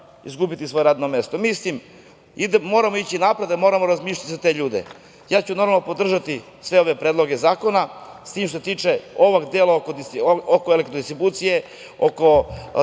izgubiti svoje radno mesto. Mi moramo ići napred, ali moramo razmišljati za te ljude. Ja ću, normalno, podržati sve ove predloge zakona, ali što se tiče ovog dela oko distribucije i